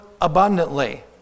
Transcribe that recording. abundantly